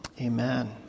amen